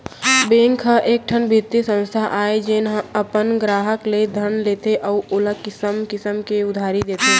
bank ह एकठन बित्तीय संस्था आय जेन ह अपन गराहक ले धन लेथे अउ ओला किसम किसम के उधारी देथे